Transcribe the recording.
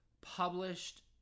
published